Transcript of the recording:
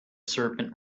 serpent